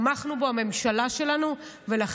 הממשלה שלנו תמכה בו.